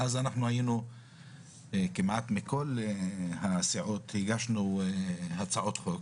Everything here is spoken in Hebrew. ואז אנחנו היינו כמעט מכל הסיעות הגשנו הצעות חוק,